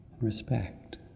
respect